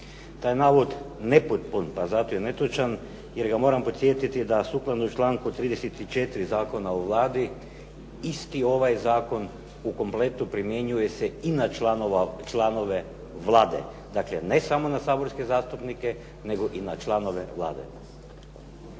Taj navod je nepotpun, pa je zato netočan, jer ga moram podsjetiti da sukladno članku 34. Zakona o Vladi, isti ovaj zakon u kompletu primjenjuje se i na članove Vlade. Dakle, ne samo na saborske zastupnike, nego i na članove Vlade.